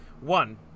One